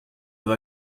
with